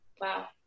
Wow